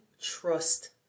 trust